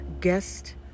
guest